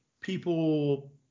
People